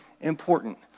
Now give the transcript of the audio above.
important